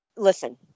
Listen